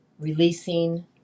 releasing